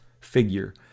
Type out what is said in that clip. figure